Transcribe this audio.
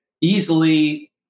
easily